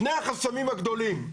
שני החסמים הגדולים.